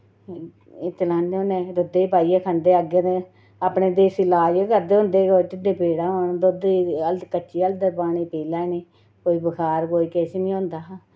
इच लैने होंदे दुध्दे पाइयै खंदे अग्गै ते अपने देसी लाज बी करदे होंदे कुतै ढिड्डे पीड़ां होन दुध्दै च हल्दर कच्ची हल्दर पानी पी लैन्नी कोई बखार कोई किश नेईं होंदा हा